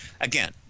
Again